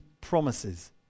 promises